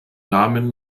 namen